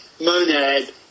monad